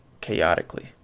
chaotically